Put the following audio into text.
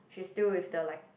she is still with the like